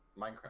Minecraft